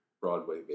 Broadway